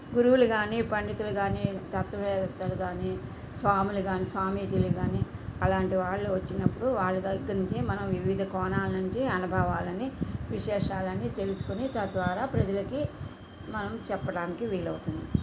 గురువులు గానీ పండితులు గానీ తత్వవేత్తలు గానీ స్వాములు గానీ స్వామీజీలు గానీ అలాంటి వాళ్ళు వచ్చినప్పుడు వాళ్ళ దగ్గర నుంచే మనం వివిధ కోణాల నుంచి అనుభవాలని విశేషాలని తెలుసుకొని తద్వారా ప్రజలకి మనం చెప్పడానికి వీలవుతుంది